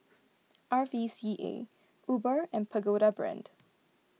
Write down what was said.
R V C A Uber and Pagoda Brand